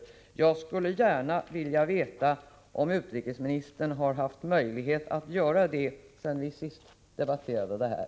Jag skulle gärna vilja veta om utrikesministern har haft möjlighet att göra det sedan vi sist debatterade det här.